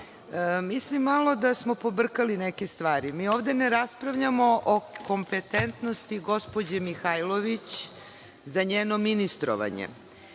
Mislim da smo pobrkali neke stvari. Mi ovde ne raspravljamo o kompetentnosti gospođe Mihajlović za njeno ministrovanje,